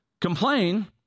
complain